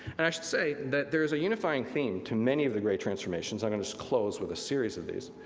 and i should say that there is a unifying theme to many of the great transformations, i'm gonna just close with a series of these.